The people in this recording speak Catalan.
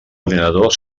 ordinador